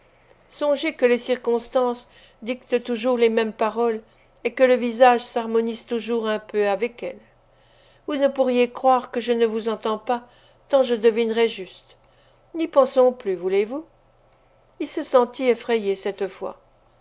songez que les circonstances dictent toujours les mêmes paroles et que le visage s'harmonise toujours un peu avec elles vous ne pourriez croire que je ne vous entends pas tant je devinerais juste n'y pensons plus voulez-vous il se sentit effrayé cette fois